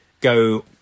go